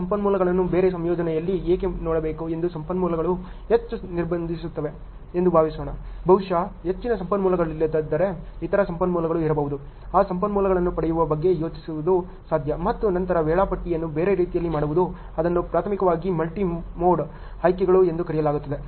ಆ ಸಂಪನ್ಮೂಲಗಳನ್ನು ಬೇರೆ ಸಂಯೋಜನೆಯಲ್ಲಿ ಏಕೆ ನೋಡಬೇಕು ಎಂದು ಸಂಪನ್ಮೂಲಗಳು ಹೆಚ್ಚು ನಿರ್ಬಂಧಿಸುತ್ತಿವೆ ಎಂದು ಭಾವಿಸೋಣ ಬಹುಶಃ ಹೆಚ್ಚಿನ ಸಂಪನ್ಮೂಲಗಳಿಲ್ಲದ ಇತರ ಸಂಪನ್ಮೂಲಗಳು ಇರಬಹುದು ಆ ಸಂಪನ್ಮೂಲಗಳನ್ನು ಪಡೆಯುವ ಬಗ್ಗೆ ಯೋಚಿಸುವುದು ಸಾಧ್ಯ ಮತ್ತು ನಂತರ ವೇಳಾಪಟ್ಟಿಯನ್ನು ಬೇರೆ ರೀತಿಯಲ್ಲಿ ಮಾಡುವುದು ಅದನ್ನು ಪ್ರಾಥಮಿಕವಾಗಿ ಮಲ್ಟಿ ಮೋಡ್ ಆಯ್ಕೆಗಳು ಎಂದು ಕರೆಯಲಾಗುತ್ತದೆ